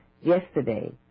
yesterday